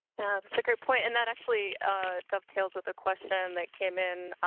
so a great point. and that actually dovetails with a question that came in.